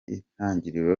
itangiriro